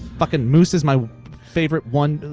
fuckin' moose is my favorite one,